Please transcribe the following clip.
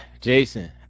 jason